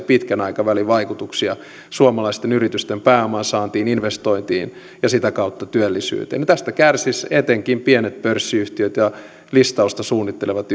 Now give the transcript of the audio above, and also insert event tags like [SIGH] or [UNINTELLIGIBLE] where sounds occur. [UNINTELLIGIBLE] pitkän aikavälin vaikutuksia suomalaisten yritysten pääoman saantiin investointiin ja sitä kautta työllisyyteen tästä kärsisivät etenkin pienet pörssiyhtiöt ja listausta suunnittelevat [UNINTELLIGIBLE]